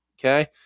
Okay